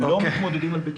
לא מתמודדים על בטיחות.